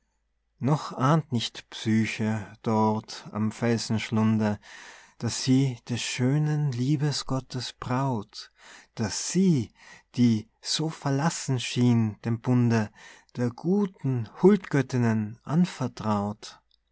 noch ahnt nicht psyche dort am felsenschlunde daß sie des schönen liebesgottes braut daß sie die so verlassen schien dem bunde der guten huldgöttinnen anvertraut